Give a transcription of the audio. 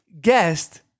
guest